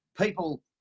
People